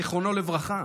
זיכרונו לברכה.